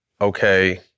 okay